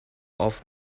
off